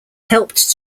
helped